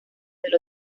del